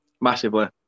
Massively